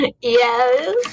Yes